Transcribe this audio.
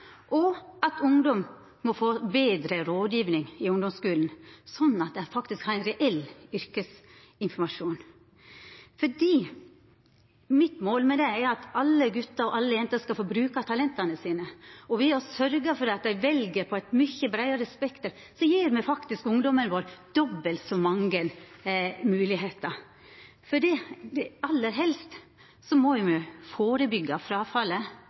og at ungdom må få betre rådgjeving i ungdomsskulen sånn at dei faktisk har reell yrkesinformasjon. Mitt mål med det er at alle gutar og alle jenter skal få bruka talenta sine, og ved å sørgja for at dei vel ut frå eit mykje breiare spekter, gjev me faktisk ungdomen vår dobbelt så mange moglegheiter. For aller helst må me jo førebyggja fråfallet